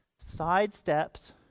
sidesteps